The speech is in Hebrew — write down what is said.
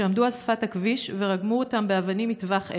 שעמדו על שפת הכביש ורגמו אותם באבנים מטווח אפס.